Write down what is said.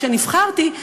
כשנבחרתי,